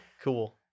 Cool